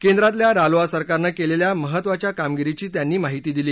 केंद्रातल्या रालोआ सरकारनं केलेल्या महत्त्वाच्या कामगिरीची त्यांनी माहिती दिली